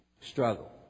struggle